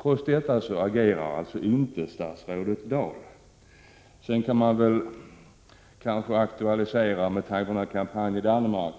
Trots det agerar alltså inte statsrådet Dahl. Med tanke på kampanjen i Danmark kan man kanske aktualisera